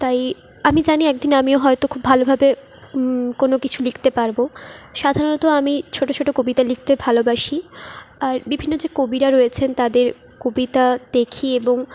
তাই আমি জানি একদিন আমিও হয়তো খুব ভালোভাবে কোন কিছু লিখতে পারবো সাধারণত আমি ছোটো ছোটো কবিতা লিখতে ভালবাসি আর বিভিন্ন যে কবিরা রয়েছেন তাদের কবিতা দেখি এবং